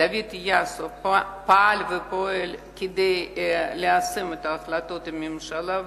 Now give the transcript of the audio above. דוד יאסו פעל ופועל כדי ליישם את ההחלטות עם הממשלה,